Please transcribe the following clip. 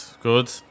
good